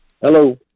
Hello